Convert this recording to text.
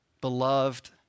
beloved